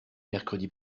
mercredi